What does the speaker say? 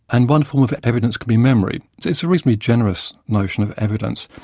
and one form of evidence can be memory. it's a reasonably generous notion of evidence,